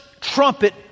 trumpet